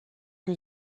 que